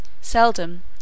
seldom